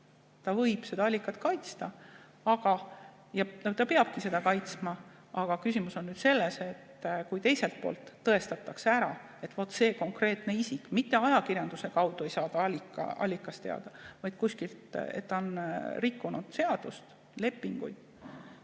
seda allikat kaitsta ja ta peabki seda kaitsma. Aga küsimus on selles, et kui teiselt poolt tõestatakse ära, et see konkreetne isik – mitte ajakirjanduse kaudu ei saada allikat teada – on rikkunud seadust, lepinguid,